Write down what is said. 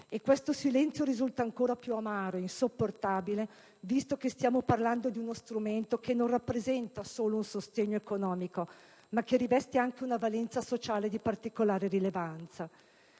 E questo silenzio risulta ancora più amaro e insopportabile, visto che stiamo parlando di uno strumento che non rappresenta solo un sostegno economico, ma che riveste anche una valenza sociale di particolare rilevanza.